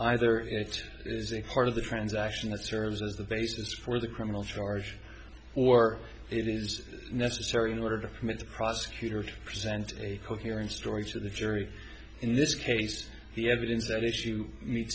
either it is a part of the transaction that serves as the basis for the criminal charge or it is necessary in order to permit the prosecutor to present a coherent story to the jury in this case the evidence that issue me